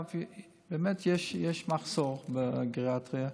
באמת יש מחסור בגריאטריה.